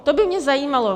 To by mě zajímalo.